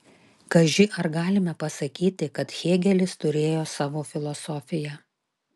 kaži ar galime pasakyti kad hėgelis turėjo savo filosofiją